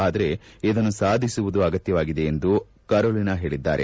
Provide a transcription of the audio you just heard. ಆದರೆ ಇದನ್ನು ಸಾಧಿಸುವುದು ಅಗತ್ಯವಾಗಿದೆ ಎಂದು ಕರೋಲಿನಾ ಹೇಳಿದ್ದಾರೆ